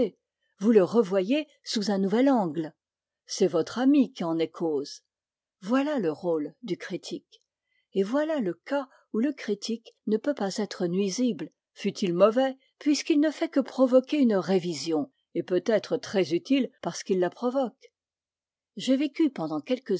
vous le revoyez sous un nouvel angle c'est votre ami qui en est cause voilà le rôle du critique et voilà le cas où le critique ne peut pas être nuisible fût-il mauvais puisqu'il ne fait que provoquer une révision et peut être très utile parce qu'il la provoque j'ai vécu pendant quelques